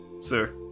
sir